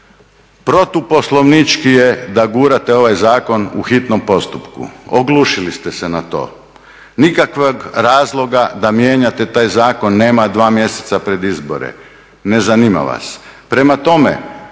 Protuposlovnički je da gurate ovaj zakon u hitnom postupku, oglušili ste se na to. Nikakvog razloga da mijenjate taj zakon nema 2 mjeseca pred izbore, ne zanima vas.